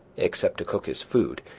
except to cook his food,